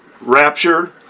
rapture